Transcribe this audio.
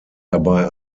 dabei